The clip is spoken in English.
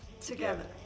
Together